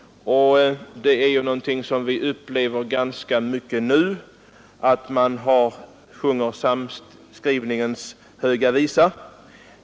Det är någonting som vi nu upplever ganska mycket — att man sjunger samskrivningens höga visa.